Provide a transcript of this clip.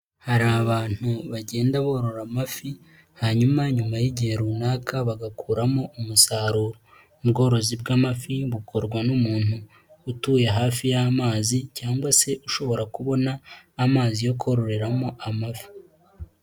Hari abantu bagenda borora amafi hanyuma nyuma y'igihe runaka bagakuramo umusaruro, ubworozi bw'amafi bukorwa n'umuntu utuye hafi y'amazi cyangwa se ushobora kubona amazi yo kororeramo amafi.